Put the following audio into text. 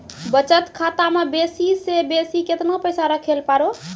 बचत खाता म बेसी से बेसी केतना पैसा रखैल पारों?